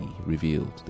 revealed